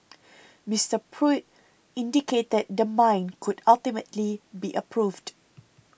Mister Pruitt indicated the mine could ultimately be approved